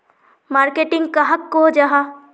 Marketing कहाक को जाहा?